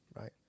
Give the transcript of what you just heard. right